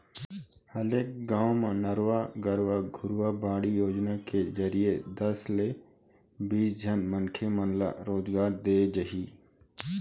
हरेक गाँव म नरूवा, गरूवा, घुरूवा, बाड़ी योजना के जरिए दस ले बीस झन मनखे मन ल रोजगार देय जाही